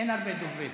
אין הרבה דוברים.